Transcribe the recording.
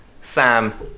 Sam